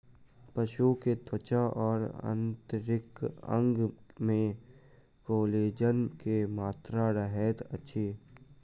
पशु के त्वचा और आंतरिक अंग में कोलेजन के मात्रा रहैत अछि